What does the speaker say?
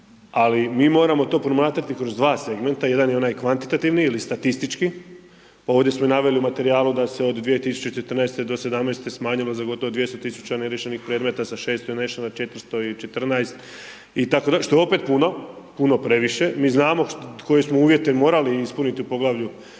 ali mi moramo to promatrati kroz 2 segmenta, jedan je onaj kvantitativni ili statistički. Ovdje smo naveli i u materijalu da se od 2014. do 2017. smanjilo za gotovo 200 tisuća neriješenih predmeta sa 600 i nešto na 414 itd., što je opet puno. Puno, previše. Mi znamo koje smo uvjete morali ispuniti u poglavlje